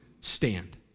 stand